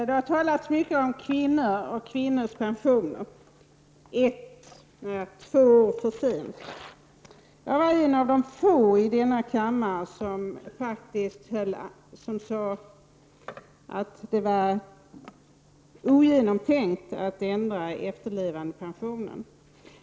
Herr talman! Det har nu — ett eller två år för sent — talats mycket om kvinnors pensioner. Jag var en av de få här i kammaren som faktiskt sade att det var ogenomtänkt att ändra efterlevandepensionen.